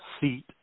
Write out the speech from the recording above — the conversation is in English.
seat